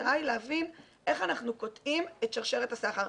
המטרה היא להבין איך אנחנו קוטעים את שרשרת הסחר,